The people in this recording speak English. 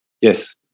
Yes